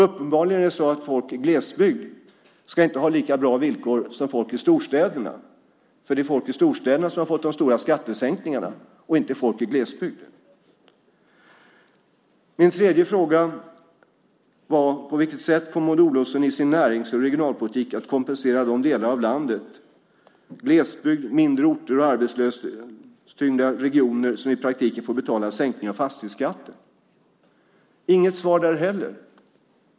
Uppenbarligen ska folk i glesbygd inte ha lika bra villkor som folk i storstäderna, för det är folk i storstäderna som har fått de stora skattesänkningarna och inte folk i glesbygd. Min tredje fråga var på vilket sätt Maud Olofsson i sin närings och regionalpolitik kommer att kompensera de delar av landet - glesbygd, mindre orter och arbetslöshetstyngda regioner - som i praktiken får betala sänkningen av fastighetsskatten. Jag får inget svar där heller.